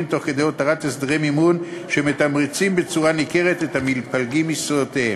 והותרת הסדרי מימון שמתמרצים בצורה ניכרת את המתפלגים מסיעותיהם.